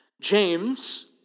James